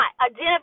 identify